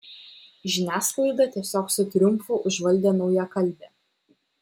žiniasklaidą tiesiog su triumfu užvaldė naujakalbė